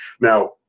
Now